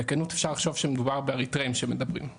בקלות אפשר לחשוב באריתראים שמדברים.